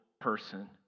person